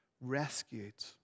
rescued